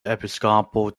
episcopal